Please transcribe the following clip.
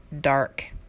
Dark